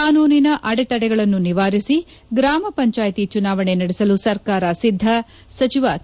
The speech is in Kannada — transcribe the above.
ಕಾನೂನಿನ ಅಡೆತಡೆಗಳನ್ನು ನಿವಾರಿಸಿ ಗ್ರಾಮ ಪಂಚಾಯತಿ ಚುನಾವಣೆ ನಡೆಸಲು ಸರ್ಕಾರ ಸಿದ್ದ ಸಚಿವ ಕೆ